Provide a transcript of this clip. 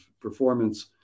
performance